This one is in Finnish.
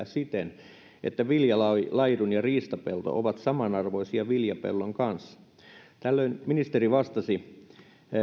siten että viljalaidun ja riistapelto ovat samanarvoisia viljapellon kanssa tällöin ministeri vastasi